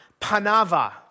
panava